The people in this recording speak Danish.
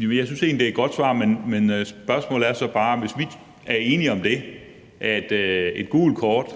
Jeg synes egentlig, det er et godt svar, men spørgsmålet er så bare: Hvis vi er enige om det i forhold til at få et gul kort,